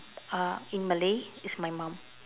uh in Malay is my mum